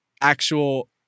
actual